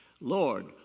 Lord